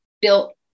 built